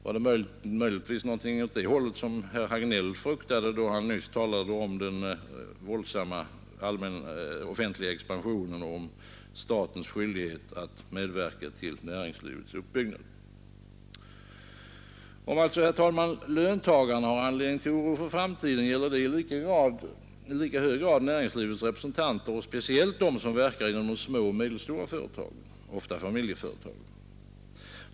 Var det möjligtvis någonting åt det hållet som herr Hagnell fruktade då han nyss talade om den våldsamma offentliga expansionen och om statens skyldighet att medverka till näringslivets uppbyggnad? Om alltså, herr talman, löntagarna har anledning till oro för framtiden, gäller det i lika hög grad näringslivets representanter och speciellt dem som verkar inom de små och medelstora företagen, ofta familjeföretag.